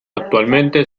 actualmente